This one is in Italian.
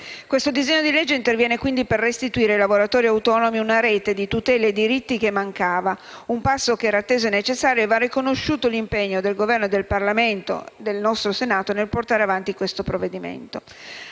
Questo disegno di legge interviene, quindi, per restituire ai lavoratori autonomi una rete di tutele e diritti che mancava, un passo che era atteso e necessario e va riconosciuto l'impegno del Governo e del Parlamento, e quindi del nostro Senato, nel portare avanti questo provvedimento.